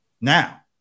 Now